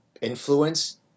influence